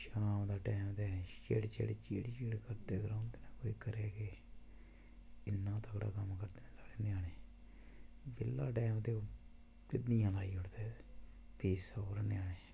शाम दा टैम चिड़ चिड़ करदे रौहंदे नी ते करै केह् इन्ना थोह्ड़ा कम्म होंदा ऐ ञ्यानें ते जेल्लै धिद्दियां लाई ओड़दे ञ्यानें